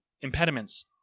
impediments